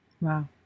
Wow